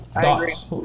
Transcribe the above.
Thoughts